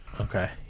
okay